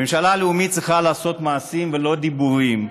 ממשלה לאומית צריכה לעשות מעשים, ולא דיבורים.